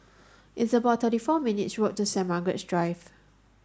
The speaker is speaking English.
it's about thirty four minutes' walk to Saint Margaret's Drive